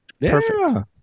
Perfect